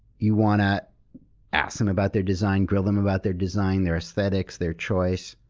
you want to ask them about their design, grill them about their design, their aesthetics, their choice.